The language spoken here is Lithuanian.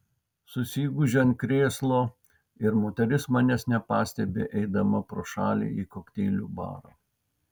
susigūžiu ant krėslo ir moteris manęs nepastebi eidama pro šalį į kokteilių barą